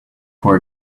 for